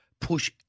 push